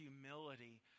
humility